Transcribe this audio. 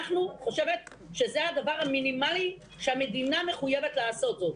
אני חושבת שזה הדבר המינימלי שהמדינה מחויבת לעשות זאת.